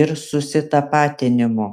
ir susitapatinimu